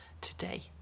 today